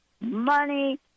money